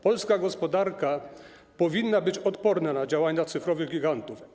Polska gospodarka powinna być odporna na działania cyfrowych gigantów.